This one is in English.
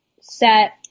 set